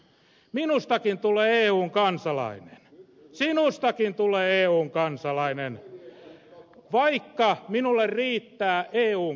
minustakin tulee eun kansalainen sinustakin tulee eun kansalainen vaikka minulle riittää eun kansalaisuus